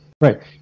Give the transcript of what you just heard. Right